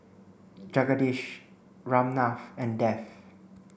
Jagadish Ramnath and Dev